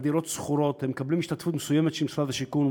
על דירות שכורות הם מקבלים השתתפות מסוימת של משרד השיכון,